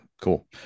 cool